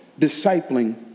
discipling